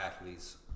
athletes